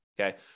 okay